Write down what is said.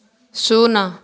ଶୂନ